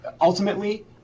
ultimately